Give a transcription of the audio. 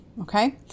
Okay